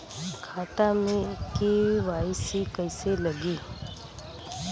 खाता में के.वाइ.सी कइसे लगी?